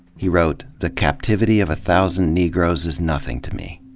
he wrote, the captivity of a thousand negroes is nothing to me.